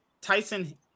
Tyson